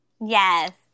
Yes